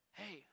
hey